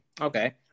Okay